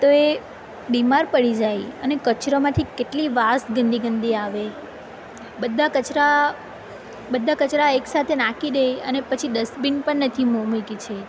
તો એ બીમાર પડી જાય અને કચરામાંથી કેટલી વાસ ગંદી ગંદી આવે બધા કચરા બધા કચરા એક સાથે નાખી દે અને પછી ડસ્ટબીન પણ નથી મ મૂકી છે